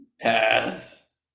Pass